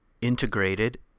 integrated